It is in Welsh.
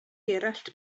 gerallt